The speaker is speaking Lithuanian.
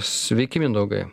sveiki mindaugai